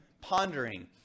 pondering